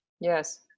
Yes